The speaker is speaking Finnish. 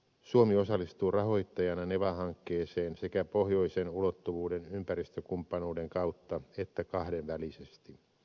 suomi osallistuu rahoittajana neva hankkeeseen sekä pohjoisen ulottuvuuden ympäristökumppanuuden kautta että kahdenvälisesti